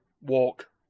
walk